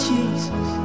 Jesus